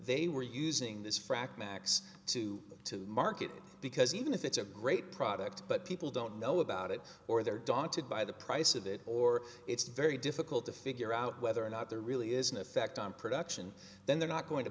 they were using this frac max two to market because even if it's a great product but people don't know about it or they're daunted by the price of it or it's very difficult to figure out whether or not there really is an effect on production then they're not going to